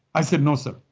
i said, no sir.